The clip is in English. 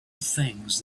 things